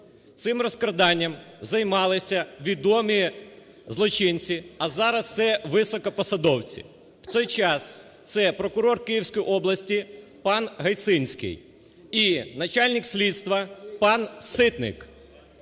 Цим розкраданням займалися відомі злочинці, а зараз це високопосадовці, у той час це прокурор Київської області пан Гайсинський і начальник слідства пан Ситник.